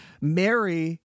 Mary